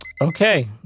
Okay